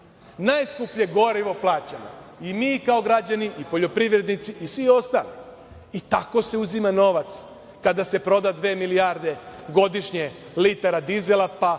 Najskuplje gorivo plaćamo i mi kao građani i poljoprivrednici i svi ostali i tako se uzima novac kada se proda dve milijarde godišnje litara dizela, pa